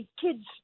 kids